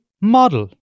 model